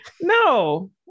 No